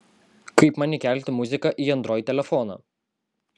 kaip man įkelti muziką į android telefoną